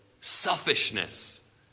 selfishness